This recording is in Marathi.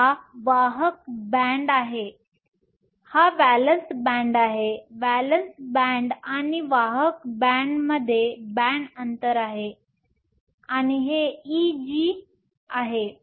तर हा वाहक बॅण्ड आहे हा व्हॅलेन्स बॅण्ड आहे व्हॅलेन्स बॅण्ड आणि वाहक बॅण्डमध्ये बॅण्ड अंतर आहे आणि हे Eg आहे